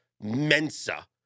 Mensa